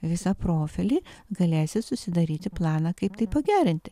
visą profilį galėsi susidaryti planą kaip tai pagerinti